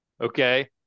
Okay